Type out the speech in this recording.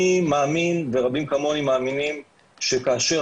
אני מאמין ורבים כמוני מאמינים שכאשר